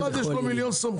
לכל אחד יש מיליון סמכויות.